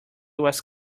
was